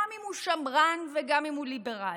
גם אם הוא שמרן וגם אם הוא ליברל,